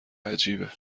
عجیبه